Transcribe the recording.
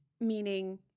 meaning